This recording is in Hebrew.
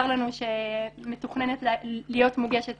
צר לנו שמתוכננת להיות מוגשת